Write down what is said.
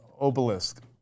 obelisk